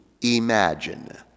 imagine